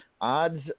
Odds